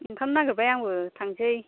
ओंखारनो नागिरबाय आंबो थांसै